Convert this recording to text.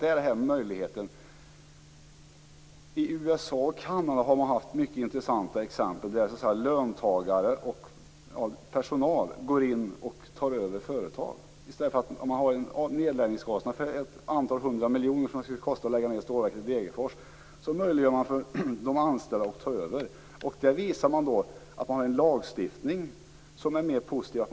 Man har i USA och Kanada gjort mycket intressanta erfarenheter när anställd personal gått in och tagit över företag. I stället för att få en nedläggningskostnad om ett antal hundra miljoner - något som det också kostar att lägga ned ett sågverk i Degerfors - möjliggör man för de anställda att ta över. Man har där en lagstiftning som är mer positiv än vår.